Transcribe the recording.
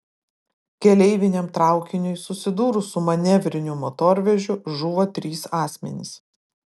keleiviniam traukiniui susidūrus su manevriniu motorvežiu žuvo trys asmenys